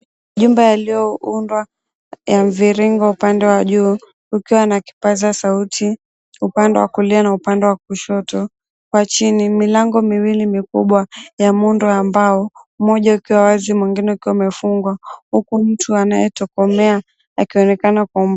Jumba yaliyoundwa ya mviringo upande wa juu, ukiwa na kipaza sauti upande wa kulia na upande wa kushoto. Kwa chini milango miwili mikubwa ya muundo ya mbao mmoja ukiwa wazi mwingine ukiwa umefungwa, huku mtu anayetokomea akionekana kwa umbali.